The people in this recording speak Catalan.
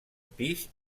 pis